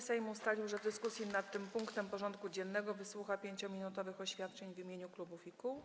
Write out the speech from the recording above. Sejm ustalił, że w dyskusji nad tym punktem porządku dziennego wysłucha 5-minutowych oświadczeń w imieniu klubów i kół.